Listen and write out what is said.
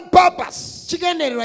purpose